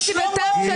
אותי לקרוא אותך לסדר.